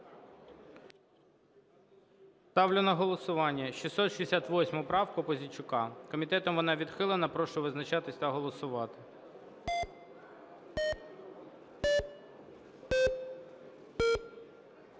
Ставлю на голосування 669 правку Пузійчука. Комітетом відхилена. Прошу визначатись та голосувати.